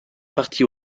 partie